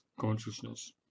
consciousness